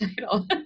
title